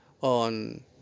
on